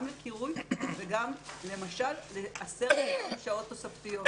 לקרוי וגם למשל ל-10,000 שעות תוספתיות.